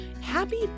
Happy